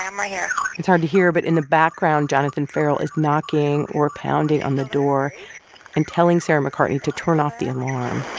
i'm right ah here it's hard to hear, but in the background, jonathan ferrell is knocking or pounding on the door and telling sarah mccartney to turn off the alarm